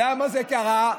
--- נעשה --- למה זה קרה?